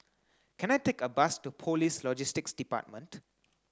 can I take a bus to Police Logistics Department